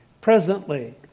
presently